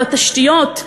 בתשתיות,